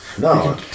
No